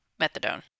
methadone